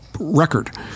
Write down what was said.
record